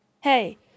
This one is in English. Hey